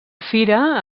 fira